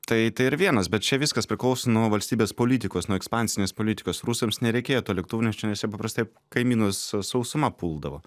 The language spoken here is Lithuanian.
tai tai ir vienas bet čia viskas priklauso nuo valstybės politikos nuo ekspansinės politikos rusams nereikėjo to lėktuvnešio nes jie paprastai kaimynus sausuma puldavo